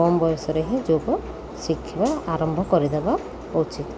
କମ୍ ବୟସରେ ହିଁ ଯୋଗ ଶିଖିବା ଆରମ୍ଭ କରିଦେବା ଉଚିତ୍